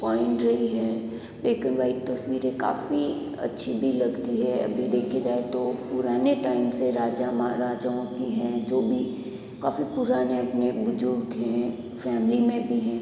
point रही है black and white तस्वीरें काफ़ी अच्छी भी लगती है अभी देखी जाए तो पुराने टाइम से राजा महाराजाओं की हैं जो भी काफ़ी पुराने अपने बुजुर्ग हैं फैमिली में भी हैं